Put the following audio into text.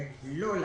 לא להעביר.